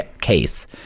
case